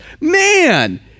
Man